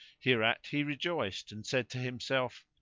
hereat he rejoiced and said to himself,